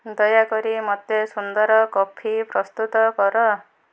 ଦୟାକରି ମୋତେ ସୁନ୍ଦର କଫି ପ୍ରସ୍ତୁତ କର